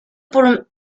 por